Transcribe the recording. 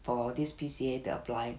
for this P_C_A to apply